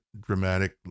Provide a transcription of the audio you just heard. dramatic